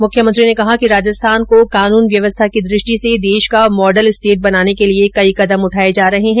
मुख्यमंत्री ने कहा कि राजस्थान को कानून व्यवस्था की दृष्टि से देश का मॉडल स्टेट बनाने के लिए कई कदम उठाए जा रहे है